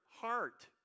heart